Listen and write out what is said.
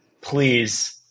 please